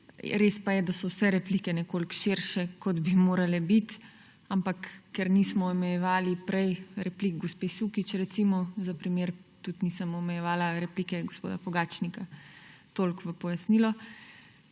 Res pa je, da so vse replike nekoliko širše, kot bi morale biti. Ampak ker nismo omejevali prej replik gospe Sukič, recimo za primer, tudi nisem omejevala replike gospoda Pogačnika. Toliko v pojasnilo.